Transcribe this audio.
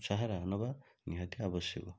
ସାହାରା ନେବା ନିହାତି ଆବଶ୍ୟକ